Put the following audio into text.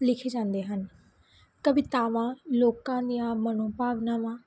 ਲਿਖੇ ਜਾਂਦੇ ਹਨ ਕਵਿਤਾਵਾਂ ਲੋਕਾਂ ਦੀਆਂ ਮਨੋ ਭਾਵਨਾਵਾਂ